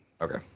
Okay